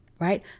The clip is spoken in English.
Right